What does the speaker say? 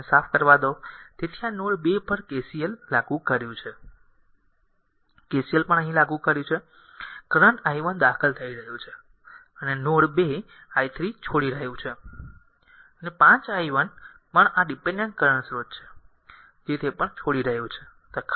તો મને આને સાફ કરવા દો તેથી આ નોડ 2 પર KCL લાગુ કર્યું છે KCL અહીં પણ લાગુ કર્યું છે કરંટ i 1 દાખલ કરી રહ્યું છે અને નોડ 2 i 3 છોડી રહ્યું છે અને 5 i 1 પણ આ ડીપેન્ડેન્ટ કરંટ સ્રોત છે જે તે પણ છોડી રહ્યું છે